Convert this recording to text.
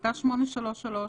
שבהחלטה 833,